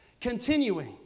Continuing